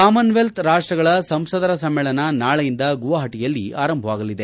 Commonwealth ರಾಷ್ಟ್ಗಳ ಸಂಸದರ ಸಮ್ಮೇಳನ ನಾಳೆಯಿಂದ ಗುವಾಹಟಿಯಲ್ಲಿ ಆರಂಭವಾಗಲಿದೆ